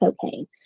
cocaine